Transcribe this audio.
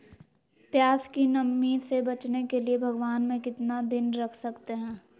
प्यास की नामी से बचने के लिए भगवान में कितना दिन रख सकते हैं?